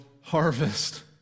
harvest